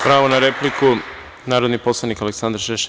Pravo na repliku, narodni poslanik Aleksandar Šešelj.